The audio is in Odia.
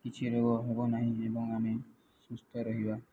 କିଛି ରୋଗ ହେବ ନାହିଁ ଏବଂ ଆମେ ସୁସ୍ଥ ରହିବା